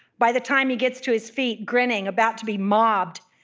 by the time he gets to his feet, grinning, about to be mobbed,